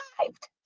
arrived